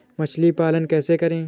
मछली पालन कैसे करें?